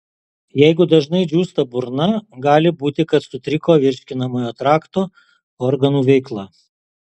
jeigu dažnai džiūsta burna gali būti kad sutriko virškinamojo trakto organų veikla